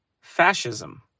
fascism